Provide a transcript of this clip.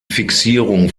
fixierung